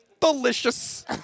delicious